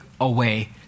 away